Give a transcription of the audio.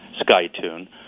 SkyTune